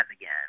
again